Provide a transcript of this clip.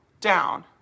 down